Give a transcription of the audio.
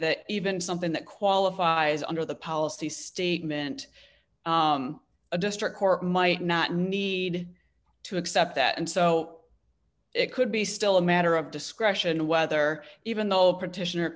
that even something that qualifies under the policy statement a district court might not need to accept that and so it could be still a matter of discretion whether even though